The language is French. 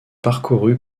parcouru